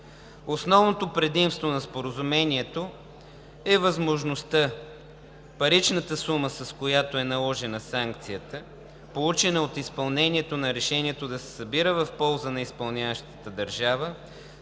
Основното предимство на Споразумението е възможността паричната сума, с която е наложена санкцията, получена от изпълнението на решението, да се събира в полза на изпълняващата държава,